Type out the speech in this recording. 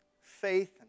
faith